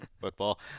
Football